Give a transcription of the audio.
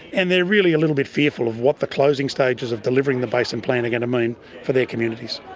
and they are really a little bit fearful of what the closing stages of delivering the basin plan are going to mean for their communities.